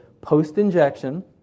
Post-injection